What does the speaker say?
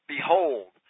Behold